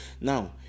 Now